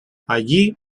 allí